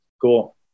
cool